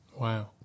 wow